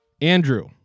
Andrew